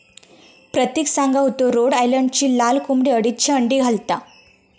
प्रतिक सांगा होतो रोड आयलंडची लाल कोंबडी अडीचशे अंडी घालता